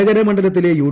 വടകര മണ്ഡലത്തിലെ യു